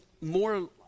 more